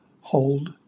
hold